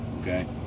Okay